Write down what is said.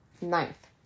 Ninth